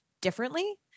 differently